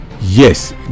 Yes